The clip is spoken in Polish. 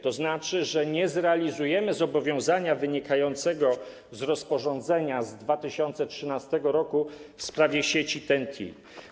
To znaczy, że nie zrealizujemy zobowiązania wynikającego z rozporządzenia z 2013 r. w sprawie sieci TEN-T.